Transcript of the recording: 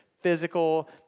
physical